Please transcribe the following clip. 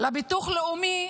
לביטוח לאומי